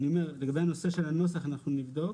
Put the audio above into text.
לגבי הנושא של הנוסח, אנחנו נבדוק.